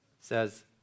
Says